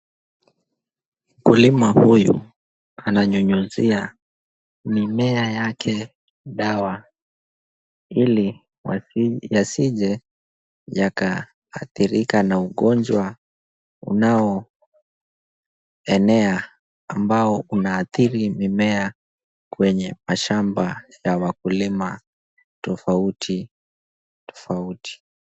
Mkulima huyu ananyunyizia mimea yake dawa ili yasije yakaathirika na ugonjwa unaoenea ambao unaathiri mimea kwenye mashamba ya wakulima tofauti tofauti.